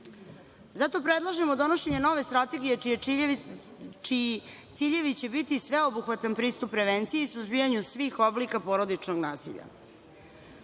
Zato predlažemo donošenje nove strategije čiji ciljevi će biti sveobuhvatan pristup prevenciji i suzbijanju svih oblika porodičnog nasilja. Kada